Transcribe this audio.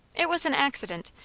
it was an accident.